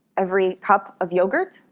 every cup of yogurt,